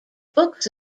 books